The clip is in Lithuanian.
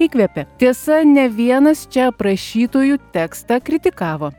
įkvepė tiesa ne vienas čia aprašytųjų tekstą kritikavo